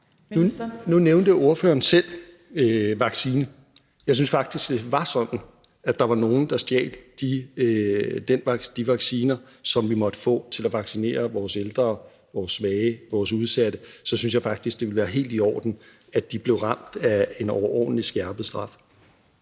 Nu nævnte ordføreren selv vacciner. Hvis det var sådan, at der var nogen, der stjal de vacciner, som vi måtte få til at vaccinere vores ældre, vores svage og vores udsatte med, så synes jeg faktisk, det ville være helt i orden, at de blev ramt af en overordentlig skærpet straf.